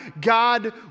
God